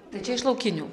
tai čia iš laukinių